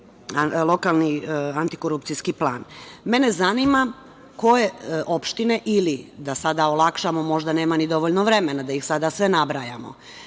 lokalni antikorupcijski plan. Mene zanima, koje opštine ili da sad olakšamo, možda nema ni dovoljno vremena, da ih sada sve nabrajamo,